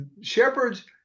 Shepherds